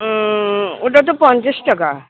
হুম ওটা তো পঞ্চাশ টাকা